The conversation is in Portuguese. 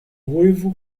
ruivo